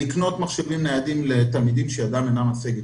לקנות מחשבים ניידים לתלמידים שידם אינה משגת.